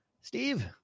steve